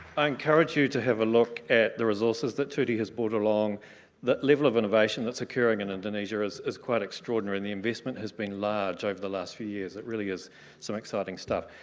i encourage you to have a look at the resources that tuti has brought along that level of innovation that's occurring in indonesia is is quite extraordinary the investment has been large over the last few years that really is some exciting stuff.